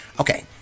Okay